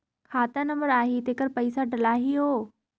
खाता नंबर आही तेकर पइसा डलहीओ?